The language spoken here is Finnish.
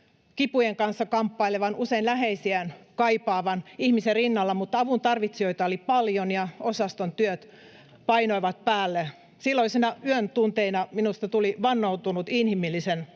kipujen kanssa kamppailevan, usein läheisiään kaipaavan ihmisen rinnalla, mutta avuntarvitsijoita oli paljon ja osaston työt painoivat päälle. Silloisina yön tunteina minusta tuli vannoutunut inhimillisen